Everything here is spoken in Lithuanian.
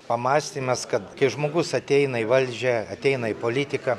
pamąstymas kad kai žmogus ateina į valdžią ateina į politiką